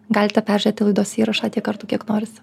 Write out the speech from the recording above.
galite peržiūrėti laidos įrašą tiek kartų kiek norit